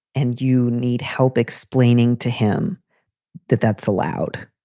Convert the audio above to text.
and you need help explaining to him that that's allowed.